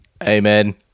Amen